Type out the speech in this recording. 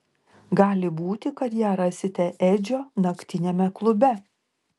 gali būti kad ją rasite edžio naktiniame klube